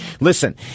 Listen